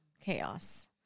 chaos